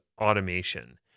automation